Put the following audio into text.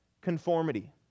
conformity